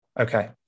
Okay